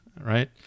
right